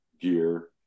gear